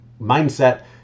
Mindset